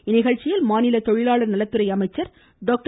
இந்நிகழ்ச்சியில் தொழிலாளர் நலத்துறை அமைச்சர் டாக்டர்